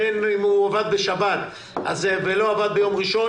בין אם הוא עבד בשבת לא עבד ביום ראשון,